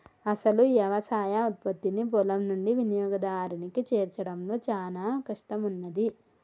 అసలు యవసాయ ఉత్పత్తిని పొలం నుండి వినియోగదారునికి చేర్చడంలో చానా కష్టం ఉన్నాది